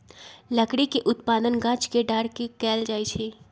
लकड़ी के उत्पादन गाछ के डार के कएल जाइ छइ